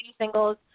singles